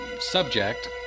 subject